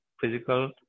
physical